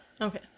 Okay